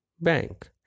bank